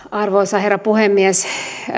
arvoisa herra puhemies